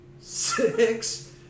six